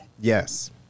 yes